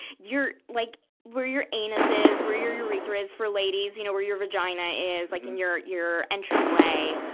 your, like, where your anus is, where your urethra is for ladies. you know, where your vagina is, like in your, your entryway.